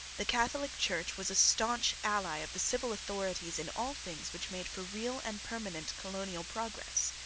the catholic church was a staunch ally of the civil authorities in all things which made for real and permanent colonial progress.